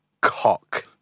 Cock